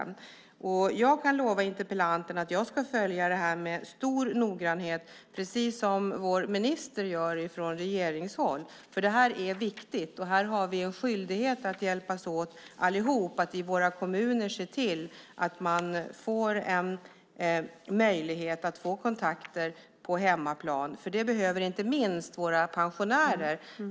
Jag kan lova interpellanten att jag ska följa det här med stor noggrannhet precis som vår minister gör från regeringshåll, för det här är viktigt. Här har vi en skyldighet att hjälpas åt allihop och att i våra kommuner se till att man får en möjlighet att få kontakt på hemmaplan. Det behöver inte minst våra pensionärer.